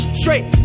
straight